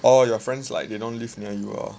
orh your friends like they don't live near you ah